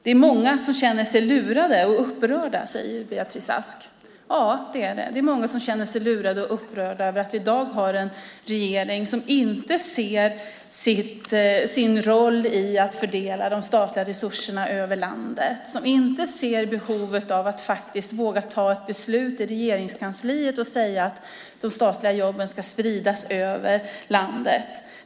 Det är många som känner sig lurade och upprörda, säger Beatrice Ask. Ja, det är det. Det är många som känner sig lurade och upprörda över att vi i dag har en regering som inte ser sin roll i att fördela de statliga resurserna över landet eller behovet av att våga fatta ett beslut i Regeringskansliet om att de statliga jobben ska spridas över landet.